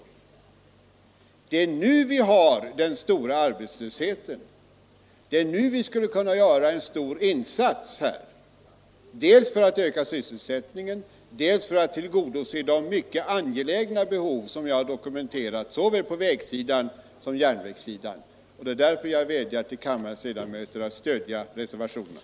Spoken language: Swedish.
Det är nu vi har den stora arbetslösheten. Det är nu vi skulle kunna göra en stor insats dels för att öka sysselsättningen, dels för att tillgodose de mycket angelägna behov som jag har dokumenterat såväl på vägsidan som på järnvägssidan. Det är därför jag vädjar till kammarens ledamöter att stödja reservationerna.